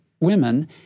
women